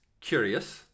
curious